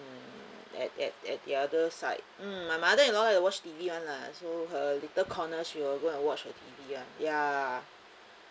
at at at the other side mm my mother-in-law like to watch T_V [one] lah so her little corner she will go and watch her T_V [one] ya